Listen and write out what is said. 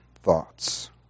thoughts